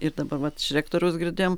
ir dabar vat iš rektoriaus girdėjom